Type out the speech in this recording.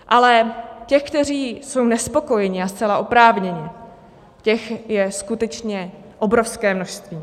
Ale těch, kteří jsou nespokojeni, a zcela oprávněně, těch je skutečně obrovské množství.